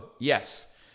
yes